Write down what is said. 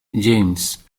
james